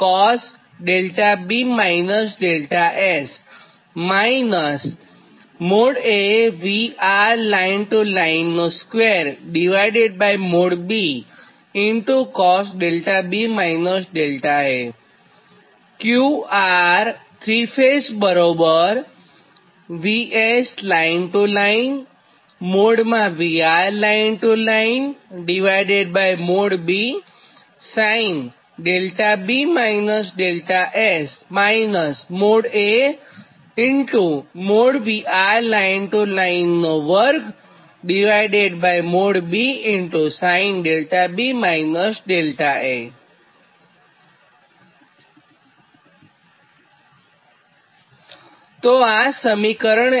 આ સમીકરણ 80 અને 81 છે